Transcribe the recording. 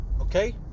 Okay